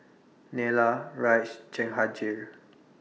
Neila Raj Jehangirr